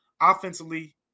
Offensively